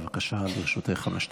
בבקשה, לרשותך חמש דקות.